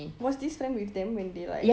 was this friend with them when they like